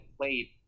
played